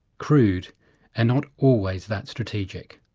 crude and not always that strategic.